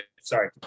sorry